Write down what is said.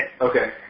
Okay